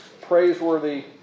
praiseworthy